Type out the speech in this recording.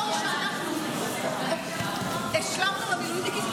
תזכור שאנחנו השלמנו למילואימניקים את